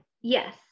yes